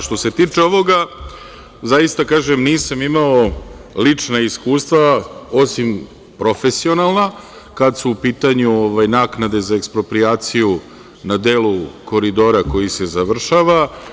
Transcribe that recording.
Što se tiče ovoga, zaista kažem nisam imao lična iskustva, osim profesionalna kada su u pitanju naknade za eksproprijaciju na delu Koridora koji se završava.